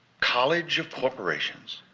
college of corporations,